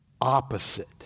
opposite